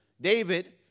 David